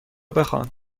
بخوان